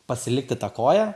pasilikti tą koją